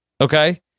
okay